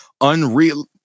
unreal